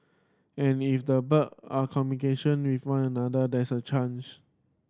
and if the bird are communication with one another there's a chance